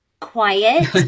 quiet